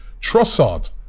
Trossard